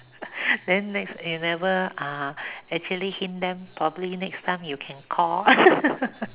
then next you never ah actually hint them probably next time you can Call